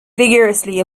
vigorously